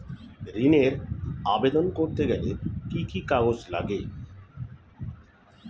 ঋণের আবেদন করতে গেলে কি কি কাগজ লাগে?